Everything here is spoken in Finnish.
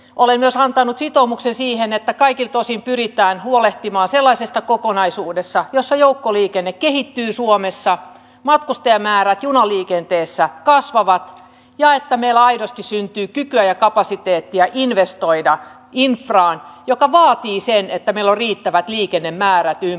olen myös antanut sitoumuksen siihen että kaikilta osin pyritään huolehtimaan sellaisesta kokonaisuudesta jossa joukkoliikenne kehittyy suomessa matkustajamäärät junaliikenteessä kasvavat ja meillä aidosti syntyy kykyä ja kapasiteettia investoida infraan mikä vaatii sen että meillä on riittävät liikennemäärät ympäri suomen